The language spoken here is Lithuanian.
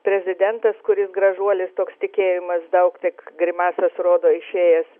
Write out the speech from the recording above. prezidentas kuris gražuolis toks tikėjimas daug tik grimasas rodo išėjęs